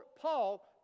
Paul